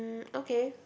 okay